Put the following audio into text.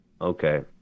okay